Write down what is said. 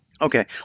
Okay